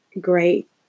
great